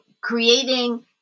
creating